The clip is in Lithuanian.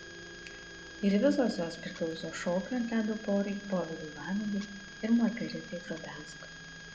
ir visos jos priklauso šokių ant ledo porai povilui vanagui ir margaritai drobiazko